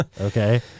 okay